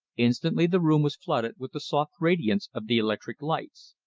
instantly the room was flooded with the soft radiance of the electric lights.